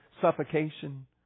suffocation